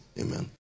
amen